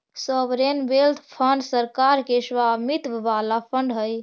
sovereign wealth fund सरकार के स्वामित्व वाला फंड हई